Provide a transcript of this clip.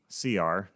CR